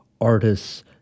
artists